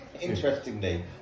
interestingly